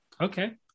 Okay